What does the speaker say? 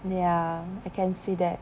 ya I can see that